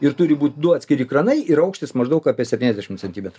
ir turi būt du atskiri kranai ir aukštis maždaug apie septyniasdešimt centimetrų